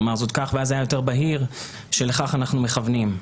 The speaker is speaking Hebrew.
אז היה יותר בהיר שלכך אנחנו מכוונים.